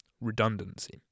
Redundancy